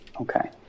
Okay